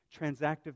transactive